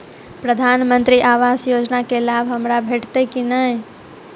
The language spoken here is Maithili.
प्रधानमंत्री आवास योजना केँ लाभ हमरा भेटतय की नहि?